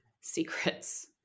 secrets